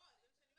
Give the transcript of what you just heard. זה מה שאני אומרת.